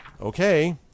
okay